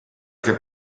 que